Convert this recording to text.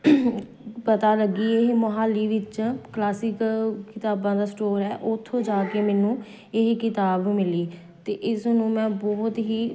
ਪਤਾ ਲੱਗੀ ਇਹ ਮੋਹਾਲੀ ਵਿੱਚ ਕਲਾਸਿਕ ਕਿਤਾਬਾਂ ਦਾ ਸਟੋਰ ਹੈ ਉੱਥੋਂ ਜਾ ਕੇ ਮੈਨੂੰ ਇਹ ਕਿਤਾਬ ਮਿਲੀ ਅਤੇ ਇਸ ਨੂੰ ਮੈਂ ਬਹੁਤ ਹੀ